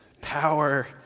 power